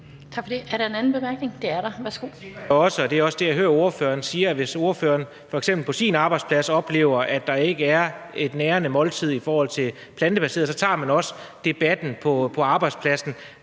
Anders Kronborg (S): Jeg tænker også – og det er også det, jeg hører ordføreren sige – at hvis ordføreren på f.eks. sin arbejdsplads oplever, at der ikke er et nærende måltid i forhold til en plantebaseret kost, så tager man også debatten på arbejdspladsen